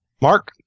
Mark